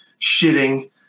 shitting